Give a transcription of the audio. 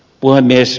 puhemies